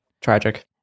Tragic